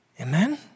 Amen